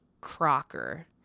crocker